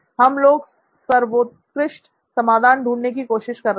हम लोग सर्वोत्कृष्ट समाधान ढूंढने की कोशिश कर रहे हैं